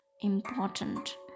important